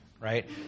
right